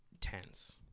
tense